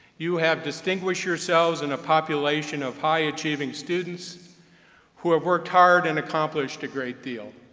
you have distinguished yourselves in a population of high-achieving students who have worked hard and accomplished a great deal.